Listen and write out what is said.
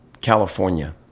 California